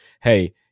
Hey